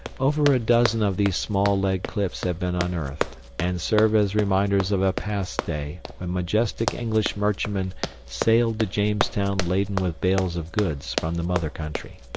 over a dozen of these small lead clips have been unearthed, and serve as reminders of a past day when majestic english merchantmen sailed to jamestown laden with bales of goods from the mother country.